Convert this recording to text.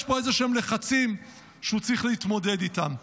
פה איזשהם לחצים שהוא צריך להתמודד איתם?